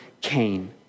Cain